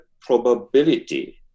probability